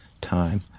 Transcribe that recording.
time